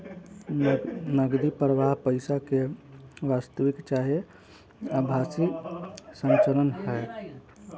नगदी प्रवाह पईसा के वास्तविक चाहे आभासी संचलन ह